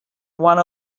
one